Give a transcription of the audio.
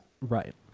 Right